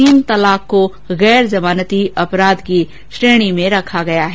तीन तलाक को गैर जमानती अपराध की श्रेणी में रखा गया है